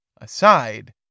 aside